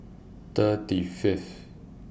thirty Fifth